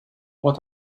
what